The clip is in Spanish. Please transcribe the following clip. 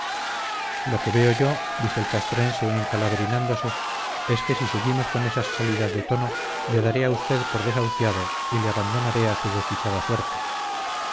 lo que veo yo dijo el castrense encalabrinándose es que si seguimos con esas salidas de tono le daré a usted por desahuciado y le abandonaré a su desdichada suerte